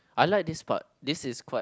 I like this part this is quite